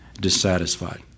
dissatisfied